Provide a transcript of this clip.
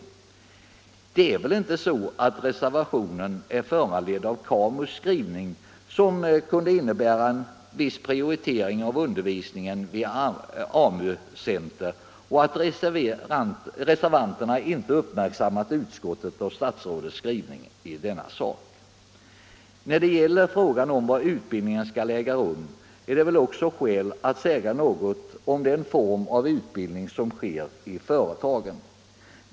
Nr 84 Det är väl inte så att reservationen är föranledd av KAMU:s skrivning, Tisdagen den som kunde innebära en viss prioritering av undervisningen vid AMU 20 maj 1975 center och att reservanterna inte uppmärksammat utskottets och statsrådets skrivning om denna sak? Arbetsmarknadsut När det gäller frågan om var utbildningen skall äga rum är det väl — bildningen också skäl att säga något om den form av utbildning som sker i företagen.